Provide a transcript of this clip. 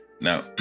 Now